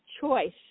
choice